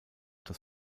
das